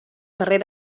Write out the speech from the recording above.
carrer